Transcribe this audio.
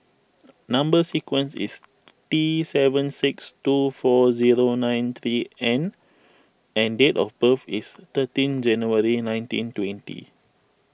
Number Sequence is T seven six two four zero nine three N and date of birth is thirteen January nineteen twenty